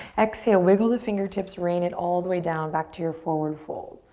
exhale, wiggle the fingertips. rain it all the way down back to your forward fold.